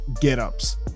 get-ups